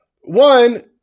One